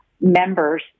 members